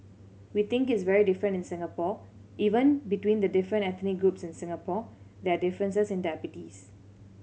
we think it's very different in Singapore even between the different ethnic groups in Singapore there are differences in diabetes